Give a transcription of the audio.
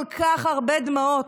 כל כך הרבה דמעות.